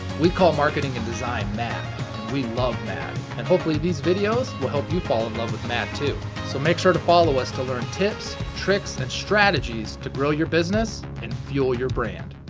we call marketing and design, mad. and we love mad. and hopefully these videos will help you fall in love with mad too. so make sure to follow us to learn tips, tricks and strategies to grow your business and fuel your brand.